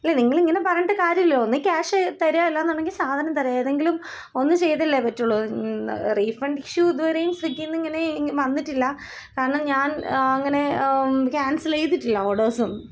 ഇല്ല നിങ്ങളിങ്ങനെ പറഞ്ഞിട്ട് കാര്യമില്ലല്ലോ ഒന്നീ ക്യാഷ് തരുക അല്ലാന്നുണ്ടെങ്കില് സാധനം തരുക ഏതെങ്കിലും ഒന്ന് ചെയ്തല്ലേപറ്റുള്ളു റീഫണ്ടിഷ്യൂ ഇതുവരെയും സ്വിഗ്ഗിന്നിങ്ങനെ വന്നിട്ടില്ല കാരണം ഞാൻ അങ്ങനെ ക്യാൻസലേയ്തിറ്റില്ല ഓഡേഴ്സൊന്നും